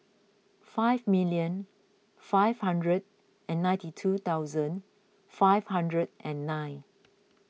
five million five hundred and ninety two thousand five hundred and nine